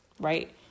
Right